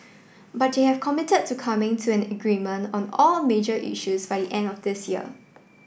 but they have committed to coming to an agreement on all major issues by the end of this year